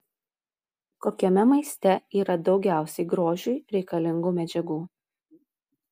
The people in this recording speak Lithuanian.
kokiame maiste yra daugiausiai grožiui reikalingų medžiagų